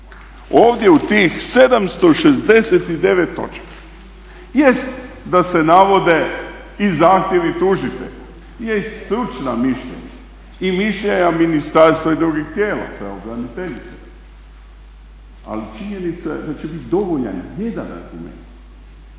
Ovdje u tih 769 točaka jest da se navode i zahtjevi tužitelja i stručna mišljenja i mišljenja ministarstva i drugih tijela pravobraniteljice. Ali činjenica je da će biti dovoljan jedan, jedan